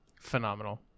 phenomenal